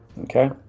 Okay